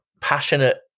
passionate